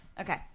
Okay